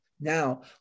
Now